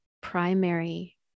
primary